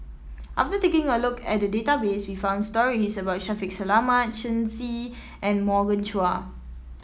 after taking a look at the database we found stories about Shaffiq Selamat Shen Xi and Morgan Chua